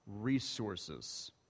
resources